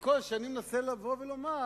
וכל שאני מנסה לבוא ולומר,